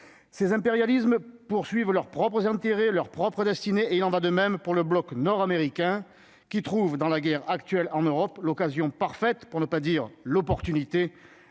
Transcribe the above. ces impérialisme poursuivent leur propres enterrer leurs propres destinée et il en va de même pour le Bloc nord-américains qui trouvent dans la guerre actuelle en Europe l'occasion parfaite pour ne pas dire l'opportunité